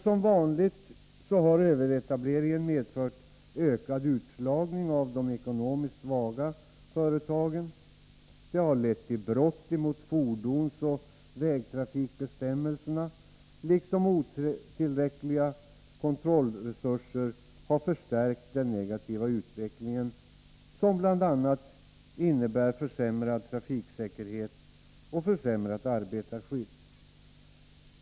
Som vanligt har överetableringen medfört ökad utslagning av de ekonomiskt svaga företagen. Brott mot fordonsoch vägtrafikbestämmelserna jämte otillräckliga kontrollresurser har förstärkt den negativa utvecklingen, som bl.a. innebär försämrad trafiksäkerhet och försämrat arbetarskydd.